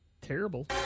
terrible